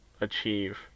achieve